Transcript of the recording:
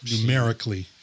numerically